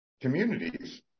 communities